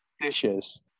dishes